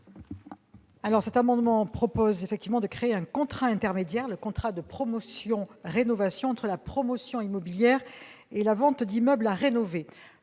de cet amendement proposent de créer un contrat intermédiaire, le contrat de promotion-rénovation, entre la promotion immobilière et la vente d'immeuble à rénover.